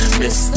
miss